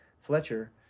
fletcher